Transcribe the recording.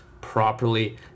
properly